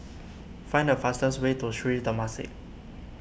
find the fastest way to Sri Temasek